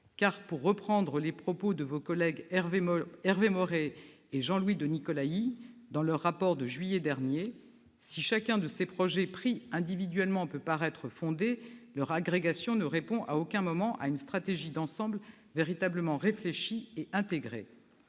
car, pour reprendre les propos de vos collègues Hervé Maurey et Louis-Jean de Nicolaÿ dans leur rapport de mai dernier, « si chacun de ces projets, pris individuellement, peut paraître fondé, leur agrégation ne répond à aucun moment à une stratégie d'ensemble véritablement réfléchie et intégrée